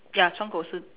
ya 窗口是